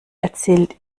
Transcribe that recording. erzählt